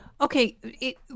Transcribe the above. Okay